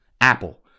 Apple